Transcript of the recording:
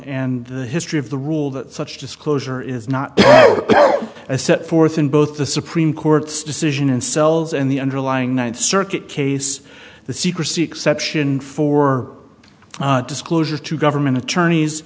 and the history of the rule that such disclosure is not as set forth in both the supreme court's decision in cells and the underlying ninth circuit case the secrecy exception for disclosure to government attorneys